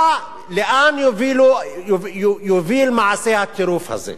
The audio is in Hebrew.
לאן יוביל מעשה הטירוף הזה?